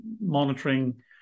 monitoring